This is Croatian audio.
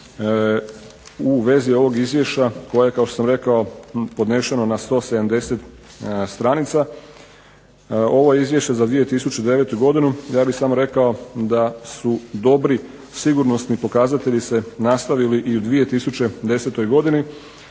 u vezi ovog izvješća koje kao što sam rekao podnešeno na 170 stranica. Ovo Izvješće za 2009. godinu ja bih samo rekao da su dobri sigurnosni pokazatelji se nastavili i u 2010. godini